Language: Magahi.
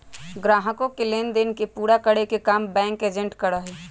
ग्राहकों के लेन देन पूरा करे के काम बैंक एजेंट करा हई